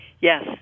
Yes